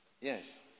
Yes